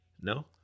No